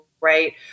Right